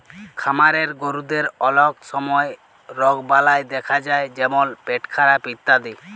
খামারের গরুদের অলক সময় রগবালাই দ্যাখা যায় যেমল পেটখারাপ ইত্যাদি